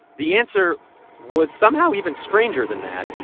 the answer was somehow even stranger than that,